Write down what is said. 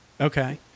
okay